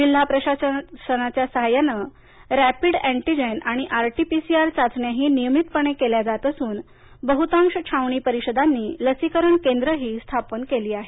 जिल्हा प्रशासनाच्या सहायानं रॅपिड अँटीजेन आणि आरटी पीसीआर चाचण्या नियमितपणे केल्या जात असून बहुतांश छावणी परिषदांनी लसीकरण केंद्रही स्थापन केली आहेत